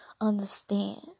understand